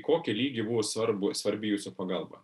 kokį lygį buvo svarbu svarbi jūsų pagalba